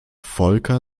volker